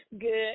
good